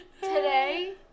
Today